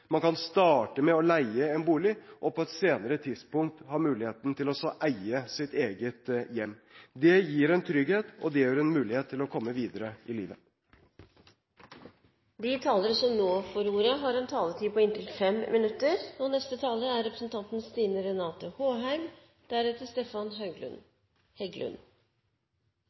man kan starte med å leie en bolig, og på et senere tidspunkt ha muligheten til å eie sitt eget hjem. Det gir en trygghet, og det gir en mulighet til å komme videre i livet. Takk til interpellanten for å reise en viktig debatt. Det er fint å diskutere dette nå når det begynner å nærme seg slutten på stortingssesjonen. Norsk boligpolitikk har i all hovedsak vært vellykket. De